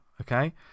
Okay